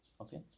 Okay